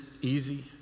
easy